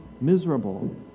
miserable